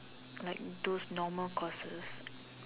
like those normal courses